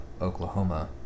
oklahoma